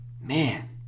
Man